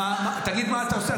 תגיד מה אתה עושה,